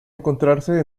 encontrarse